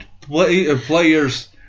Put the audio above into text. players